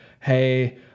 hey